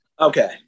Okay